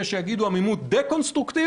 יש שיגידו עמימות דה-קונסטרוקטיבית,